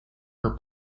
her